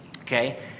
Okay